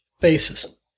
basis